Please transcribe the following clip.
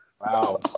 Wow